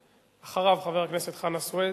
אחריו, חבר הכנסת חנא סוייד,